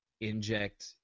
inject